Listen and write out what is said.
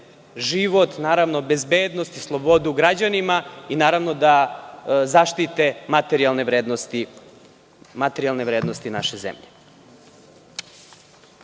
život, bezbednost i slobodu građanima i da zaštite materijalne vrednosti naše zemlje. Još